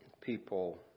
people